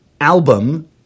album